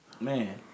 man